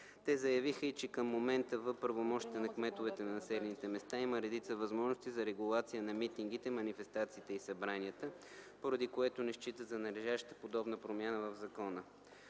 Те заявиха, че и към момента в правомощията на кметовете на населените места има редица възможности за регулация на митингите, манифестациите и събранията, поради което не считат за належаща подобна промяна в закона.